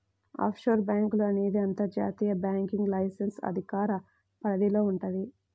offshore బ్యేంకులు అనేది అంతర్జాతీయ బ్యాంకింగ్ లైసెన్స్ అధికార పరిధిలో వుంటది